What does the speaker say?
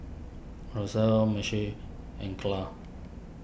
Rosella Moshe and Claud